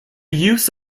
use